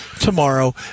tomorrow